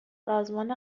سازمان